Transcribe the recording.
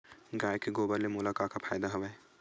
गाय के गोबर ले मोला का का फ़ायदा हवय?